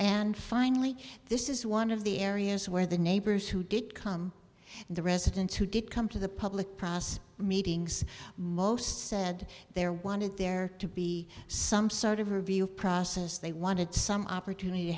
and finally this is one of the areas where the neighbors who did come in the residents who did come to the public process meetings most said there wanted there to be some sort of review process they wanted some opportunity to